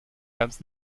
ganz